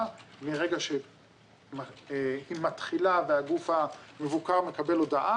מרגע שהיא מתחילה והגוף המבוקר מקבל הודעה,